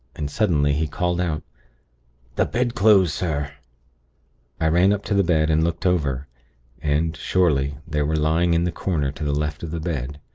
and, suddenly, he called out the bedclothes, sir i ran up to the bed, and looked over and, surely, they were lying in the corner to the left of the bed.